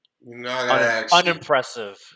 unimpressive